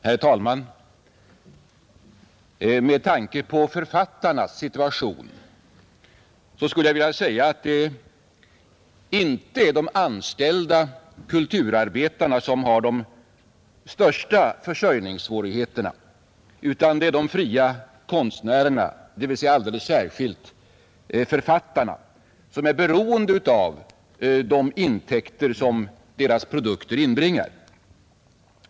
Herr talman! Med tanke på författarnas situation skulle jag vilja säga att det inte är de anställda kulturarbetarna som har de största försörjningssvårigheterna utan de fria konstnärerna, dvs. alldeles särskilt författarna. De är beroende av de intäkter som deras produkter inbringar.